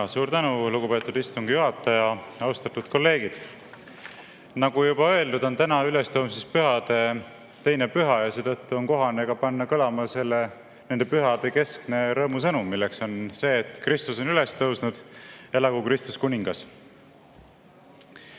Suur tänu, lugupeetud istungi juhataja! Austatud kolleegid! Nagu juba öeldud, on täna ülestõusmispühade teine püha. Seetõttu on kohane panna kõlama nende pühade keskne rõõmusõnum: Kristus on üles tõusnud, elagu Kristus, kuningas.